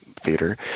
theater